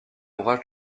ouvrage